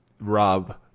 Rob